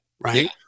right